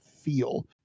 feel